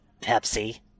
Pepsi